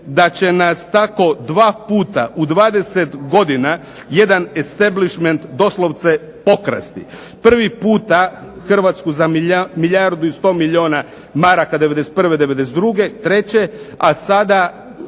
da će nas tako 2 puta u 20 godina jedan establishment doslovce okrasti. Prvi puta Hrvatsku za milijardu i 100 milijuna maraka '91., '92., '93., a sada,